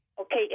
Okay